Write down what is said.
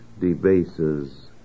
debases